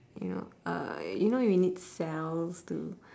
you know uh you know you need cells to